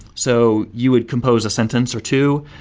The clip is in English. so you would compose a sentence, or two,